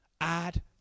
Add